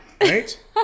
Right